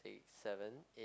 seven eight